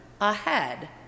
ahead